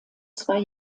zwei